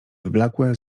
wyblakłe